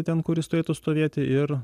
ten kur jis turėtų stovėti ir